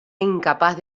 incapaz